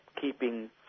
keeping